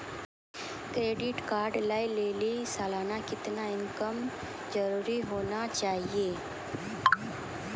Credit card लय लेली सालाना कितना इनकम जरूरी होना चहियों?